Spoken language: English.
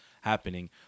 happening